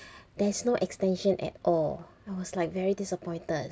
there's no extension at all I was like very disappointed